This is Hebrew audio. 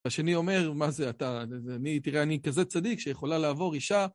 השני אומר, מה זה אתה, אני, תראה, אני כזה צדיק שיכולה לעבור אישה.